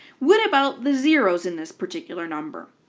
what about the zeroes in this particular number?